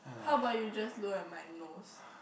how about you just look at my nose